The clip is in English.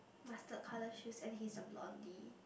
mustard colour shoes and he's a blondie